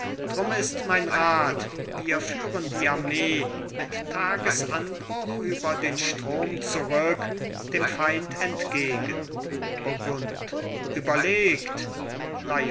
drum ist mein rat wir führen die armee mit tagesanbruch über den strom zurück dem feind entgegen burgund überlegt